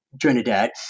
Trinidad